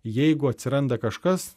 jeigu atsiranda kažkas